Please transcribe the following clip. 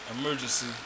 Emergency